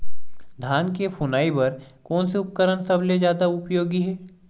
धान के फुनाई बर कोन से उपकरण सबले जादा उपयोगी हे?